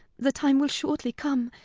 the time will shortly come,